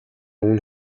үнэ